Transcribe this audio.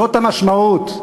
זאת המשמעות.